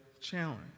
challenge